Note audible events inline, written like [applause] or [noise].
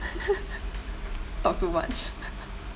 [noise] talk too much